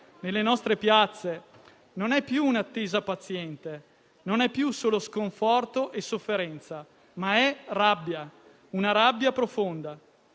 nelle nostre piazze non è più un'attesa paziente, non è più solo sconforto e sofferenza, ma è rabbia, una rabbia profonda.